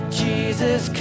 jesus